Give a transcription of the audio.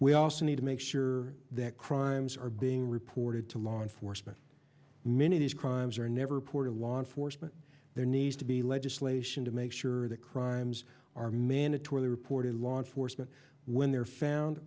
we also need to make sure that crimes are being reported to law enforcement many of these crimes are never port of law enforcement there needs to be legislation to make sure that crimes are mandatory reporting law enforcement when they're found